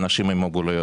נתנו לנשק לזלוג.